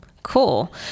Cool